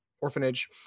Orphanage